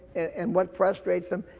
and what frustrates them,